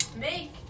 make